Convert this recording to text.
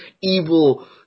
evil